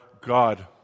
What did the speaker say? God